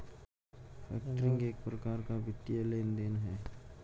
factoring एक प्रकार का वित्तीय लेन देन है